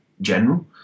general